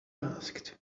asked